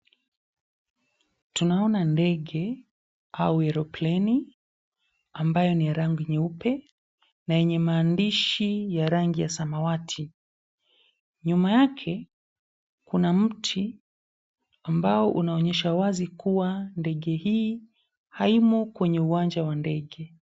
Tunaona ndege au eropleni ambayo ni ya rangi nyeupe na yenye maandishi ya rangi ya samawati, nyuma yake kuna mti ambao unaonyesha wazi kuwa ndege hii haimo kwenye uwanja wa ndege.